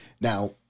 Now